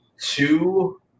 two